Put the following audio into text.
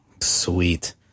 Sweet